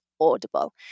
Audible